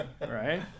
right